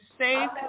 safe